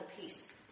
piece